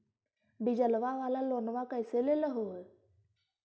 डीजलवा वाला लोनवा कैसे लेलहो हे?